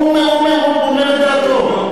הוא אומר את דעתו.